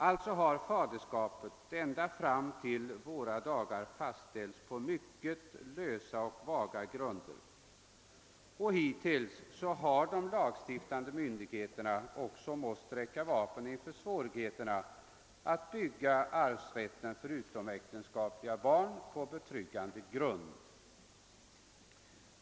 Alltså har faderskap ända fram till våra dagar fastställts på mycket lösa grunder, och hittills har de lagstiftande myndigheterna måst sträcka vapen inför svårigheterna att bygga arvsrätten för utomäktenskapliga barn på betryggande grund.